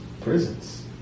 prisons